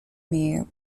mere